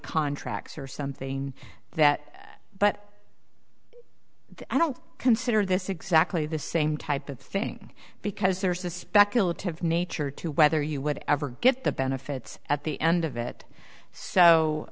contracts or something that but i don't consider this exactly the same type of thing because there's a speculative nature to whether you would ever get the benefits at the end of it so